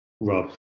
Rob